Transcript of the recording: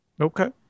Okay